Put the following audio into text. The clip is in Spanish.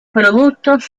productos